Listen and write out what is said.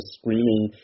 screaming –